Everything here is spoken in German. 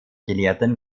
gelehrten